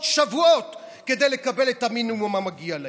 שבועות כדי לקבל את המינימום המגיע להם.